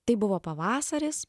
tai buvo pavasaris